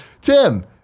Tim